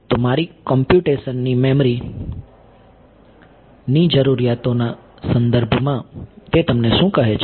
તો મારી કોમ્પ્યુટેશનની મેમરીની જરૂરિયાતોના સંદર્ભમાં તે તમને શું કહે છે